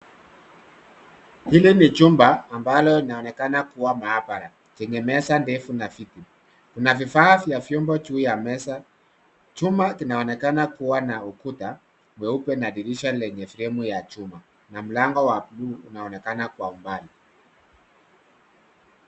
Hili ni chumba ambalo linaonekana kuwa maabara chenye meza ndefu na viti. Kuna vifaa vya vyombo juu ya meza, chuma kinaonekana kuwa na ukuta mweupe na dirisha lenye fremu ya chuma na mlango wa bluu unaonekana kwa umbali.